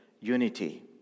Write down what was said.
unity